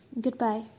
goodbye